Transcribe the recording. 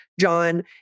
John